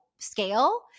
Scale